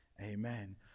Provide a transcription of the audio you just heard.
Amen